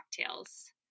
cocktails